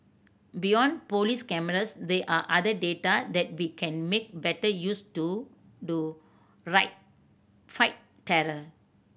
beyond police cameras there are other data that we can make better use to do right fight terror